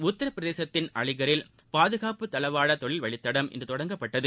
உத்திரபிரதேசத்தின் அலிகரில் பாதுகாப்பு தளவாடதொழில் வழித்தடம் இன்றுதொடங்கப்பட்டது